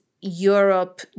Europe